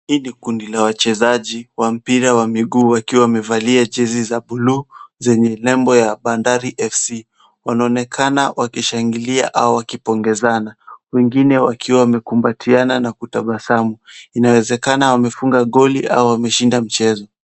Hii ni kundi la wachezaji wa mpira ya mguu wakiwa wamevalia jezi za bluu zenye nembo ya Bandari FC. Wanaonekana wakishangilia au wakipongezana, wengine wakiwa wamekumbatiana na kutabasamu, inawezekana wamefunga goli au wameshinda mchezo.